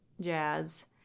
jazz